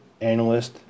analyst